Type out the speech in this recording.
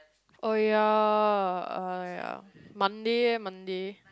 oh ya oh ya Monday leh Monday